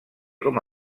com